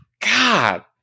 God